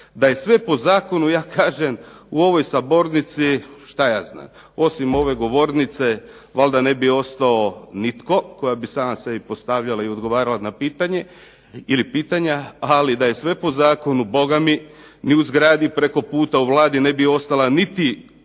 Da je sve po zakonu ja kažem u ovoj sabornici, šta ja znam, osim ove govornice valjda ne bi ostao nitko koja bi sama sebi postavljala i odgovarala na pitanje ili pitanja, ali da je sve po zakonu Boga mi ni u zgradi preko puta u Vladi ne bi ostala niti govornica,